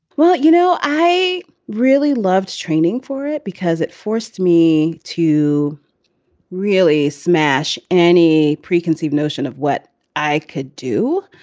well, you know, i really loved training for it because it forced me to really smash any preconceived notion of what i could do.